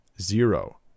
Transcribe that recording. Zero